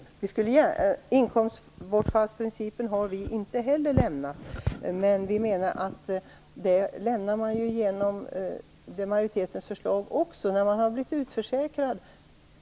Vi har inte heller lämnat inkomstbortfallsprincipen, men vi menar att man lämnar den också genom majoritetens förslag. Vad har de som har blivit utförsäkrade?